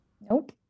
Nope